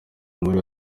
muri